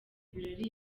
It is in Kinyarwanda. birori